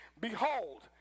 Behold